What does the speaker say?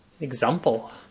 example